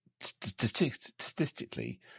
statistically